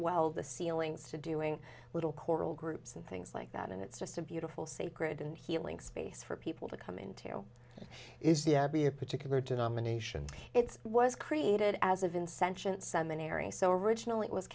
well the ceilings to doing a little choral groups and things like that and it's just a beautiful sacred and healing space for people to come into it is the be a particular denomination it was created as of insentient seminary so originally